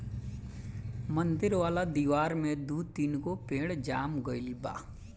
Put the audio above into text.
मंदिर वाला दिवार में दू तीन गो पेड़ जाम गइल बा